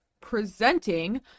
Presenting